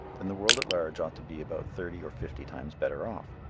then the world at large ought to be about thirty or fifty times better off.